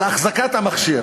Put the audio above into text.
על החזקת המכשיר.